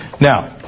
Now